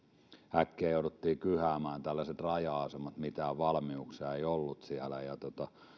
äkkiä jouduttiin kyhäämään tällaiset raja asemat ja mitään valmiuksia siellä ei ollut ja